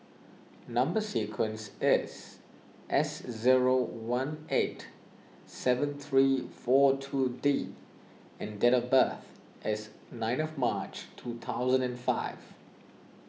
Number Sequence is S zero one eight seven three four two D and date of birth is nineth of March two thousand and five